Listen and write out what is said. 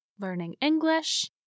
learningenglish